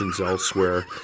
elsewhere